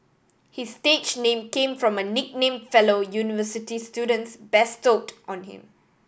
his stage name came from a nickname fellow university students bestowed on him